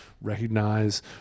recognize